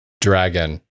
Dragon